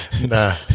Nah